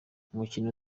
umukino